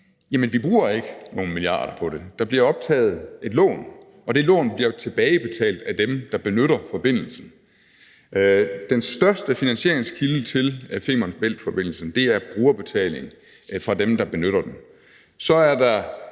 Jamen vi bruger ikke nogen milliarder på det, for der bliver optaget et lån, og det lån bliver tilbagebetalt af dem, der benytter forbindelsen. Den største finansieringskilde til Femern Bælt-forbindelsen er brugerbetaling fra dem, der benytter den. Og så er der